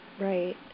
Right